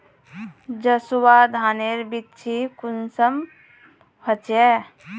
जसवा धानेर बिच्ची कुंसम होचए?